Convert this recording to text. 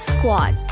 Squat